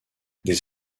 des